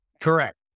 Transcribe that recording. correct